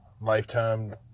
Lifetime